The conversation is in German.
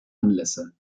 anlässe